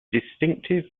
distinctive